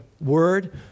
word